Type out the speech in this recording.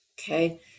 Okay